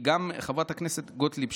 גם חברת הכנסת גוטליב,